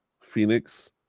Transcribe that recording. phoenix